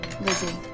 Lizzie